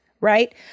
right